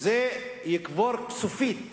זה יקבור סופית